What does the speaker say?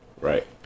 Right